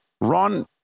Ron